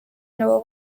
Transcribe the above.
nabo